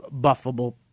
buffable